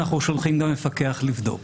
אנחנו שולחים גם מפקח לבדוק.